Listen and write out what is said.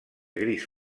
gris